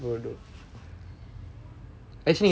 bedok